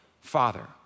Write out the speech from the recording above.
Father